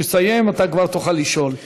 הוא יסיים ואתה כבר תוכל לשאול.